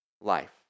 life